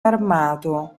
armato